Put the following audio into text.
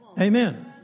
Amen